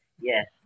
yes